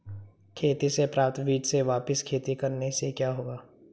खेती से प्राप्त बीज से वापिस खेती करने से क्या होगा?